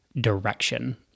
direction